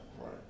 Right